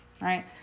Right